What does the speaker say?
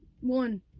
One